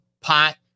pot